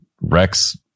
Rex